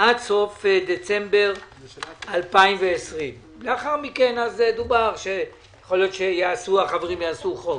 עד סוף דצמבר 2020. לאחר מכן דובר שיכול להיות שהחברים יעשו חוק.